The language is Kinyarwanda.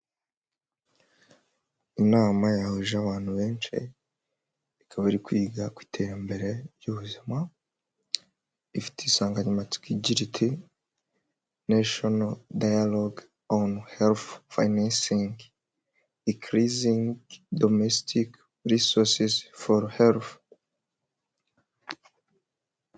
Inama yahuje abantu benshi ikaba iri kwiga ku iterambere ry'ubuzima, ifite insanganyamatsiko igira iti neshono dayaroge ono herufu fiyinensingi inkirizingi domesitike risosizi foro herufu.